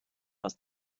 aus